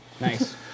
Nice